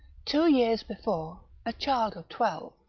two years before, a child of twelve,